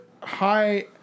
high